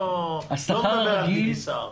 אני לא מדבר על פרופ' גדעון סהר.